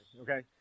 Okay